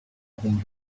having